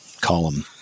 column